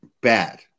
bad